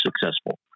successful